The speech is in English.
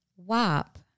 WAP